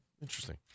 Interesting